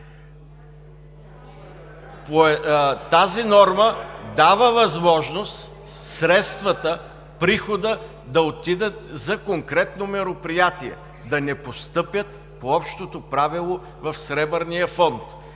тази норма дава възможност средствата, приходът да отидат за конкретно мероприятие, да не постъпят по общото правило в Сребърния фонд.